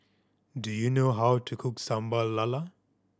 do you know how to cook Sambal Lala